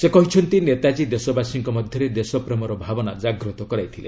ସେ କହିଛନ୍ତି ନେତାଜୀ ଦେଶବାସୀଙ୍କ ମଧ୍ୟରେ ଦେଶପ୍ରେମର ଭାବନା କ୍ରାଗ୍ରତ କରାଇଥିଲେ